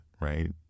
right